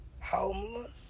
homeless